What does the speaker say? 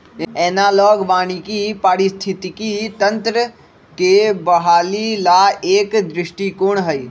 analogue वानिकी पारिस्थितिकी तंत्र के बहाली ला एक दृष्टिकोण हई